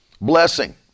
blessing